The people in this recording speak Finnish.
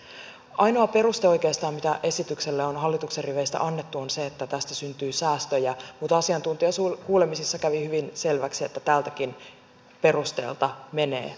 oikeastaan ainoa peruste mitä esitykselle on hallituksen riveistä annettu on se että tästä syntyy säästöjä mutta asiantuntijakuulemisissa kävi hyvin selväksi että tältäkin perusteelta menee pohja